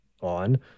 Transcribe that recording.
on